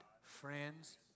friends